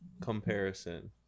Comparison